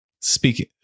speaking